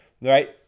right